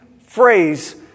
phrase